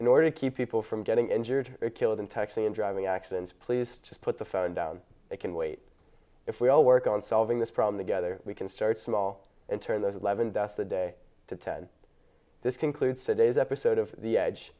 in order to keep people from getting injured or killed in taxi and driving accidents please just put the phone down i can wait if we all work on solving this problem together we can start small and turn those eleven deaths a day to ten this concludes today's episode of the edge